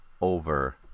over